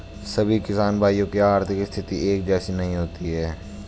सभी किसान भाइयों की आर्थिक स्थिति एक जैसी नहीं होती है